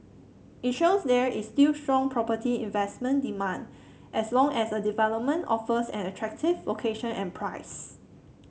it shows there is still strong property investment demand as long as a development offers an attractive location and price